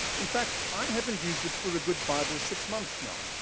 in fact, i haven't used it for a good five or six months now.